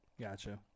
Gotcha